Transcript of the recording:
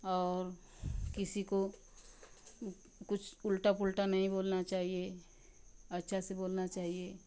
और किसी को कुछ उल्टा पुल्टा नहीं बोलना चाहिए अच्छा से बोलना चाहिए